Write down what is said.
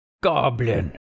goblin